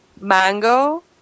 mango